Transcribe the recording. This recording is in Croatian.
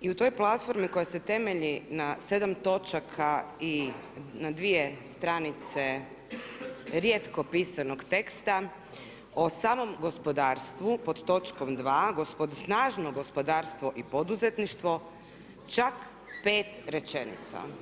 i u toj platformi koja se temelji na 7 točaka i na dvije stranice rijetko pisanog teksta, o samom gospodarstvu, pod točkom 2. snažno gospodarstvo i poduzetništvo čak 5 rečenica.